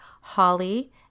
Holly